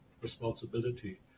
responsibility